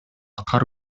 кар